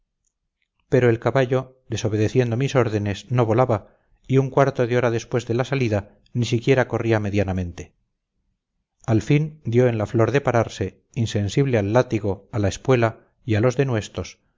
pero el caballo desobedeciendo mis órdenes no volaba y un cuarto de hora después de la salida ni siquiera corría medianamente al fin dio en la flor de pararse insensible al látigo a la espuela y a los denuestos